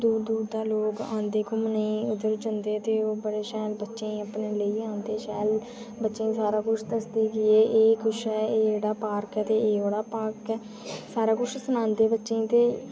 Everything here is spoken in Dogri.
दूर दूर दा लोक आंदे घुम्मने ई उद्धर जंदे ते ओह् बड़े शैल बच्चें ई अपने लेइयै औंदे शैल बच्चें गी सारा कुछ दसदे के एह् कुछ ऐ के एह् जेह्ड़ा पार्क ऐ ते एह् ओह्कड़ा पार्क ऐ सारा कुछ सनांदे बच्चें गी ते